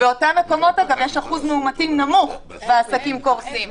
-- באותם מקומות אגב יש אחוז מאומתים נמוך והעסקים קורסים.